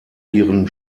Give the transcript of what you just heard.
ihren